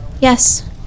Yes